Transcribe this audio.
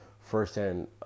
first-hand